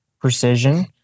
precision